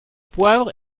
poivre